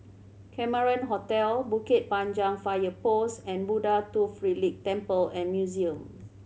Cameron Hotel Bukit Panjang Fire Post and Buddha Tooth Relic Temple and Museum